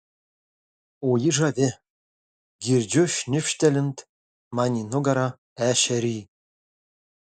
o ji žavi girdžiu šnipštelint man į nugarą ešerį